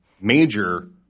major